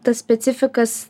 tas specifikas